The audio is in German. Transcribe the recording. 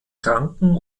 kranken